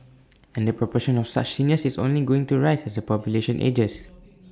and the proportion of such seniors is only going to rise as the population ages